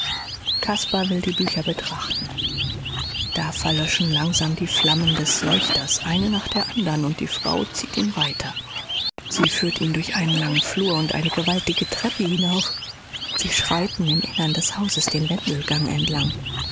caspar will die bücher betrachten da verlöschen langsam die flammen des leuchters eine nach der andern und die frau zieht ihn weiter sie führt ihn durch einen langen flur und eine gewaltige treppe hinab sie schreiten im innern des hauses den wandelgang entlang